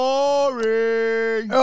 Boring